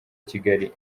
kigali